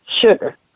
sugar